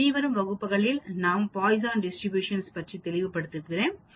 இனிவரும் வகுப்புகளில் நாம் பாய்சான் டிஸ்ட்ரிபியூஷன் பற்றி தெளிவுபடுத்துகிறேன்